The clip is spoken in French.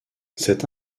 cette